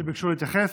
שביקשו להתייחס.